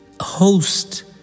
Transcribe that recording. host